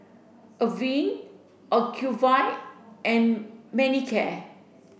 Avene Ocuvite and Manicare